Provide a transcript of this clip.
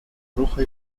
roja